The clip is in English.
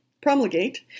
promulgate